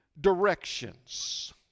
directions